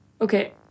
okay